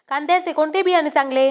कांद्याचे कोणते बियाणे चांगले?